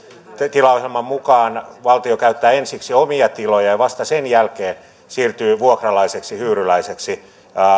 tilaohjelman mukaan valtio käyttää ensiksi omia tiloja ja vasta sen jälkeen siirtyy vuokralaiseksi hyyryläiseksi